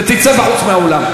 תצא בחוץ מהאולם.